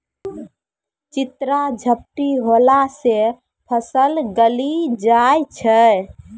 चित्रा झपटी होला से फसल गली जाय छै?